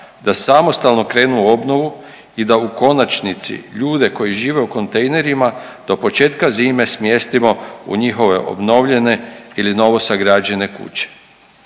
da samostalno krenu u obnovu i da u konačnici ljude koji žive u kontejnerima do početka zime smjestimo u njihove obnovljene ili novo sagrađene kuće.